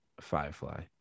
Firefly